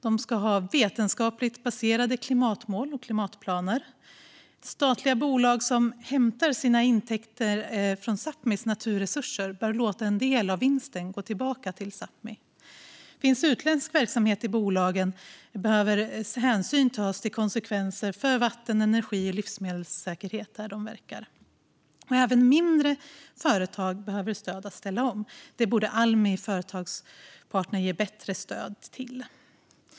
De ska ha vetenskapligt baserade klimatmål och klimatplaner. Statliga bolag som hämtar sina intäkter från Sápmis naturresurser bör låta en del av vinsten gå tillbaka till Sápmi. Finns det utländsk verksamhet i bolagen behöver de ta hänsyn till konsekvenserna för vatten, energi och livsmedelssäkerhet där de verkar. Även mindre företag måste ställa om - det borde Almi Företagspartner ge bättre stöd till.